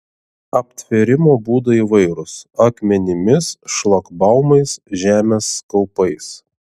aptvėrimo būdai įvairūs akmenimis šlagbaumais žemės kaupais